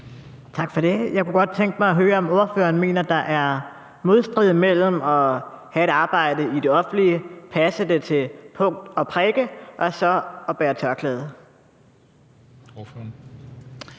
Tak for det. Jeg kunne godt tænke mig at høre, om ordføreren mener, at der er modstrid mellem at have et arbejde i det offentlige, passe det til punkt og prikke, og bære tørklæde. Kl.